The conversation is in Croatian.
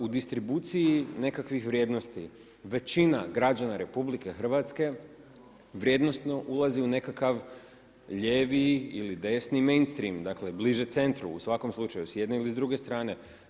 U distribuciji nekakvih vrijednosti većina građana RH vrijednosno ulazi u nekakav lijevi ili desni mainstream dakle bliže centru u svakom slučaju s jedne ili s druge strane.